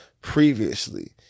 previously